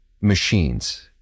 machines